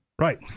Right